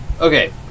Okay